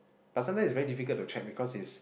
but sometimes it's very difficult to check because it's